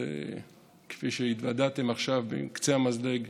כפי שהתוודעתם עכשיו על קצה המזלג,